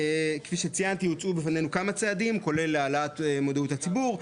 כפי שציינתי הוצגו בפנינו כמה צעדים כולל להעלות מודעות לציבור,